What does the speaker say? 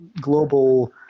global